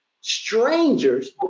strangers